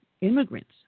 immigrants